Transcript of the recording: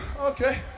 Okay